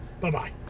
Bye-bye